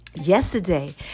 Yesterday